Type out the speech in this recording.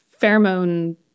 pheromone